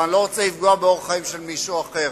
ואני לא רוצה לפגוע באורח החיים של מישהו אחר,